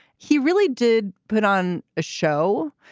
he really did put on a show.